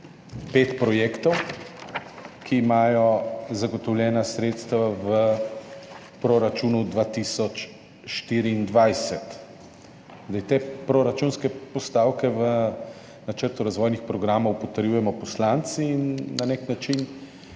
pet projektov, ki imajo zagotovljena sredstva v proračunu 2024. Te proračunske postavke v načrtu razvojnih programov potrjujemo poslanci in na nek način